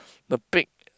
the pig